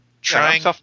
Trying